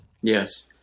Yes